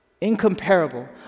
incomparable